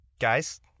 Guys